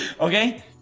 Okay